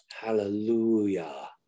hallelujah